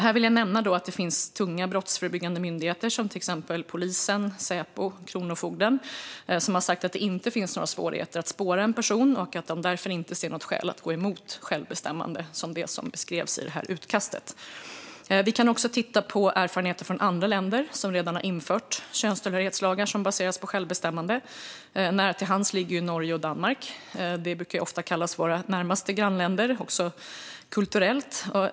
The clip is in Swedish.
Jag vill nämna att det finns tunga brottsförebyggande myndigheter, till exempel polisen, Säpo och Kronofogden, som har sagt att det inte finns några svårigheter att spåra en person och att de därför inte ser något skäl att gå emot självbestämmande, som beskrevs i utkastet. Vi kan också titta på erfarenheter från andra länder som redan har infört könstillhörighetslagar som baseras på självbestämmande. Nära till hands ligger Norge och Danmark som brukar kallas våra närmaste grannländer också kulturellt.